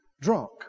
drunk